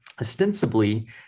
ostensibly